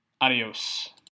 Adios